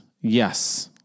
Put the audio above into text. yes